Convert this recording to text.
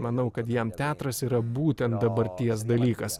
manau kad jam teatras yra būtent dabarties dalykas